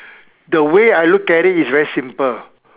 the way I look at it is very simple